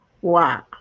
Wow